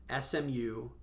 SMU